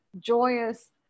joyous